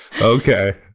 Okay